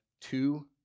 two